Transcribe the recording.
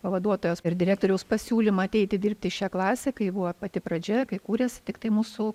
pavaduotojos ir direktoriaus pasiūlymą ateiti dirbti į šią klasę kai buvo pati pradžia kai kūrėsi tiktai mūsų